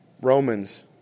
Romans